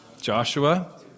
Joshua